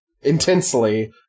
intensely